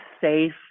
safe